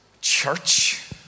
church